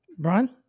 Brian